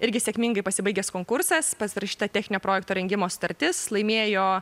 irgi sėkmingai pasibaigęs konkursas pasirašyta techninio projekto rengimo sutartis laimėjo